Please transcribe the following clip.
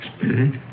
Spirit